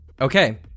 Okay